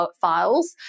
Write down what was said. files